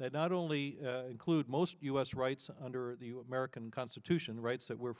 that not only include most us rights under the american constitution the rights that we're